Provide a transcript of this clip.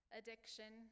addiction